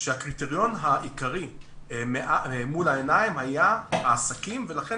כאשר הקריטריון העיקרי מול העיניים היה העסקים ולכן